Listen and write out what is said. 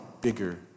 bigger